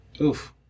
Oof